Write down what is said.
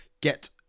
get